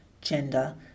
gender